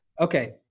Okay